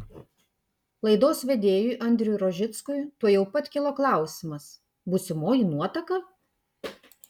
laidos vedėjui andriui rožickui tuojau pat kilo klausimas būsimoji nuotaka